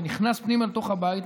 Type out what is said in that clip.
נכנס לתוך הבית,